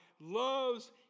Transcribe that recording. loves